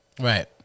Right